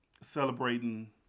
Celebrating